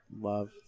love